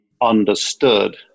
understood